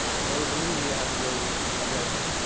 and there was a movie i had to go to with my girlfriend.